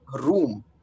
room